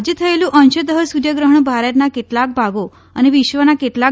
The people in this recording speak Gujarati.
આજે થયેલું અંશતઃ સૂર્યગ્રહણ ભારતના કેટલાંક ભાગો અને વિશ્વના કેટલાંક